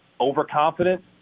overconfident